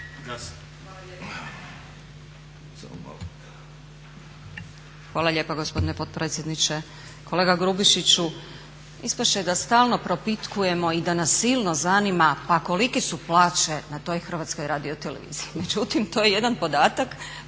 Hvala lijepa gospodine potpredsjedniče. Kolega Grubišiću, ispast će da stalno propitkujemo i da nas silno zanima pa kolike su plaće na toj HRT, međutim